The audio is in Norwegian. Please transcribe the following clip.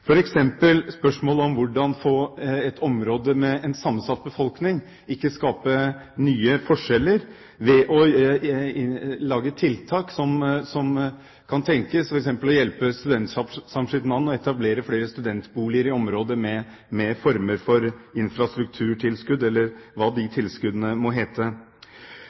Spørsmålet er hvordan man kan få et område med en sammensatt befolkning, og ikke skape nye forskjeller ved f.eks. tiltak som kan hjelpe Studentsamskipnaden med å etablere flere studentboliger i området med former for infrastrukturtilskudd eller hva de tilskuddene måtte hete.